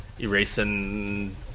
erasing